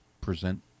present